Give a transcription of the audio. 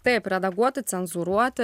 taip redaguoti cenzūruoti